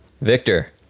Victor